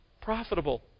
profitable